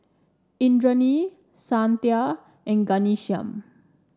Indranee Santha and Ghanshyam